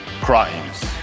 Crimes